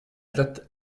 date